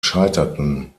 scheiterten